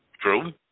True